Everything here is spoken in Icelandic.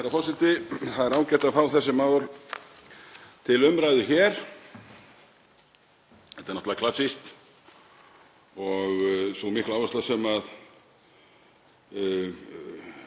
Það er ágætt að fá þessi mál til umræðu hér. Þetta er náttúrlega klassískt. Sú mikla áhersla sem